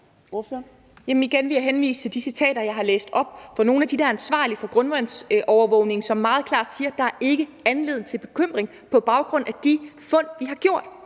Igen vil jeg henvise til de citater, jeg har læst op, fra nogle af dem, der er ansvarlige for grundvandsovervågningen, og som meget klart siger, at der ikke er anledning til bekymring på baggrund af de fund, de har gjort.